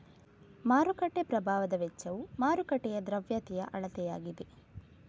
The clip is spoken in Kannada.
ಮಾರುಕಟ್ಟೆ ಪ್ರಭಾವದ ವೆಚ್ಚವು ಮಾರುಕಟ್ಟೆಯ ದ್ರವ್ಯತೆಯ ಅಳತೆಯಾಗಿದೆ